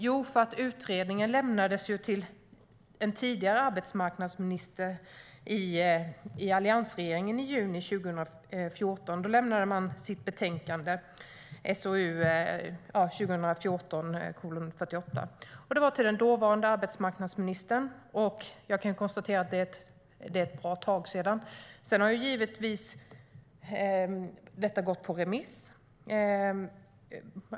Jo, utredningen lämnades ju till en tidigare arbetsmarknadsminister i alliansregeringen i juni 2014. Då lämnade man sitt betänkande, SOU 2014:48. Det var till den dåvarande arbetsmarknadsministern, och jag kan konstatera att det är ett bra tag sedan. Sedan har detta givetvis gått på remiss.